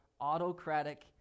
autocratic